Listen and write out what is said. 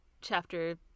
chapter